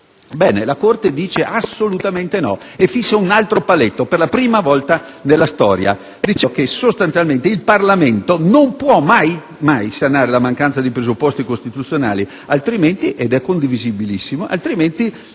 Ebbene, la Corte lo nega assolutamente e fissa un altro paletto, per la prima volta nella storia, dichiarando sostanzialmente che il Parlamento non può mai sanare la mancanza di presupposti costituzionali, altrimenti - ed è condivisibilissimo - si